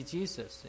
Jesus